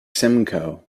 simcoe